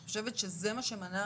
את חושבת שזה מה שמנע